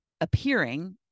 appearing